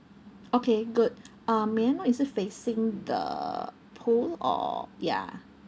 okay good uh may I know is it facing the pool or ya